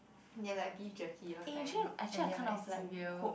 there are like beef jerky those kind and they have like cereal